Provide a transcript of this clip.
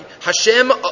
Hashem